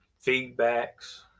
feedbacks